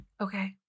Okay